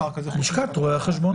לשכת רואי החשבון.